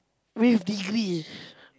with degree